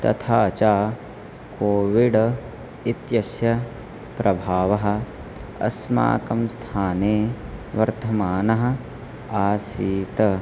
तथा च कोविड् इत्यस्य प्रभावः अस्माकं स्थाने वर्तमानः आसीत्